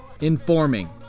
Informing